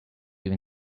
even